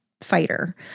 fighter